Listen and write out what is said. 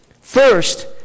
First